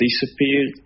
disappeared